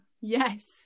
Yes